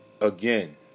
again